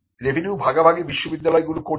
revenue ভাগাভাগি বিশ্ববিদ্যালয়গুলি করছে